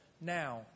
now